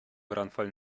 brandfall